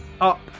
up